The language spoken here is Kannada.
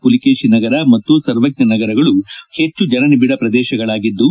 ಪುಲಿಕೇತಿನಗರ ಮತ್ತು ಸರ್ವಜ್ಞನಗರಗಳು ಹೆಚ್ಚು ಜಸನಿಬಿಡ ಪ್ರದೇಶಗಳಾಗಿದ್ದು